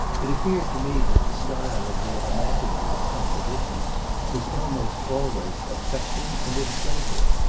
it appeared to me that the style of their imaginative compositions was almost always affected, and inflated.